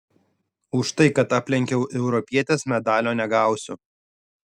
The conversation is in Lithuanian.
už tai kad aplenkiau europietes medalio negausiu